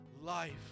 life